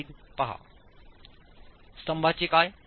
स्तंभांचे काय